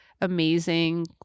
amazing